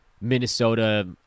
Minnesota